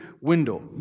window